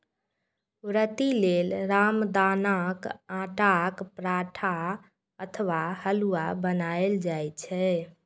व्रती लेल रामदानाक आटाक पराठा अथवा हलुआ बनाएल जाइ छै